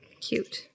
Cute